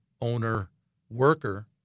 owner-worker